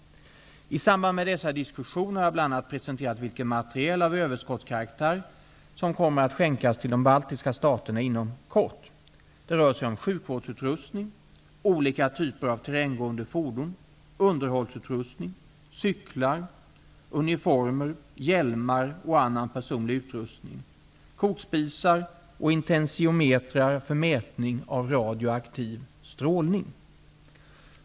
I samband med dessa diskussioner har jag bl.a. presenterat vilken materiel av överskottskaraktär som kommer att skänkas till de baltiska staterna inom kort. Det rör sig om sjukvårdsutrustning, olika typer av terränggående fordon, underhållningsutrustning, cyklar, uniformer, hjälmar och annan personlig utrustning, kokspisar och intensimetrar för mätning av radioaktiv strålning.